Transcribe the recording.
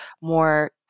more